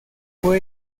fue